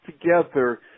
together